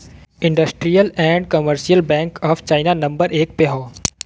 industrial and commercial bank of China number एक पे हौ